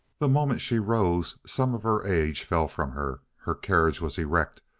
the moment she rose, some of her age fell from her. her carriage was erect.